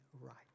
right